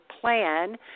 plan